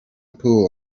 pool